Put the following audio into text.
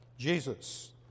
Jesus